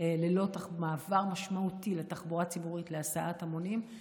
ללא מעבר משמעותי לתחבורה ציבורית, להסעת המונים.